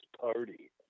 party